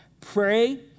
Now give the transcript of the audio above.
Pray